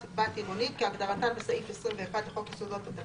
בת עירונית" כהגדרתן בסעיף 21 לחוק יסודות התקציב,